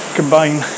combine